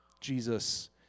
Jesus